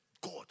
God